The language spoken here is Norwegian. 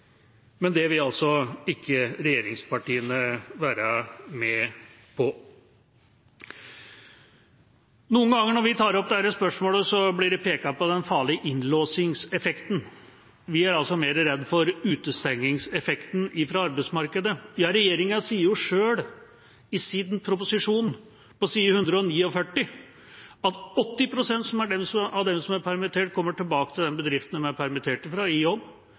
Men det vil altså ikke regjeringspartiene være med på. Noen ganger når vi tar opp dette spørsmålet, blir det pekt på den farlige innlåsingseffekten. Vi er mer redd for utestengingseffekten fra arbeidsmarkedet. Ja, regjeringa sier jo selv i sin proposisjon på side 149 at 80 pst. av dem som er permittert, kommer tilbake i jobb til den bedriften de er permittert